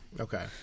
Okay